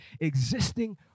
existing